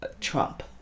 Trump